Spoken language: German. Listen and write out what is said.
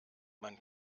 man